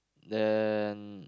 then